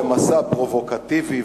במסע פרובוקטיבי,